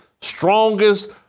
strongest